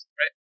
right